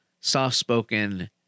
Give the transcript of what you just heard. soft-spoken